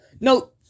No